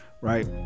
right